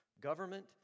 government